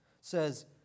says